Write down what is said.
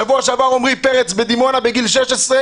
שבוע שעבר עומרי פרץ בדימונה בגיל 16,